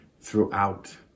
throughout